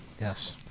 Yes